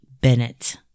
Bennett